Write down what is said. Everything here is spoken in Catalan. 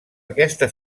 aquesta